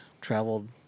traveled